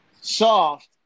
soft